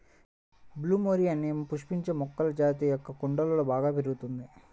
plumeria అనే పుష్పించే మొక్కల జాతి మొక్క కుండలలో బాగా పెరుగుతుంది